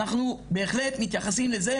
אנחנו בהחלט מתייחסים לזה,